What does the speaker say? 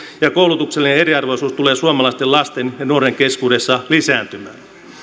ja koulutuksellinen eriarvoisuus tulee suomalaisten lasten ja nuorten keskuudessa lisääntymään